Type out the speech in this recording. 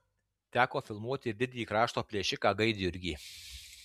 teko filmuoti ir didįjį krašto plėšiką gaidjurgį